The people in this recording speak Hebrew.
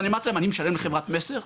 ואני אמרתי להם אני משלם לחברת מסר?